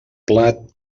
plat